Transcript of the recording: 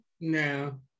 no